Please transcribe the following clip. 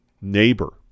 neighbor